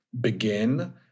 begin